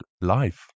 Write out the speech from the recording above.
life